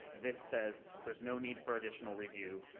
this says there's no need for additional review.